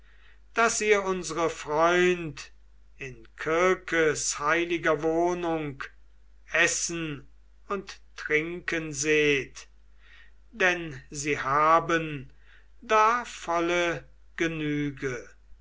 daß ihr unsere freund in kirkes heiliger wohnung essen und trinken seht denn sie haben da volle genüge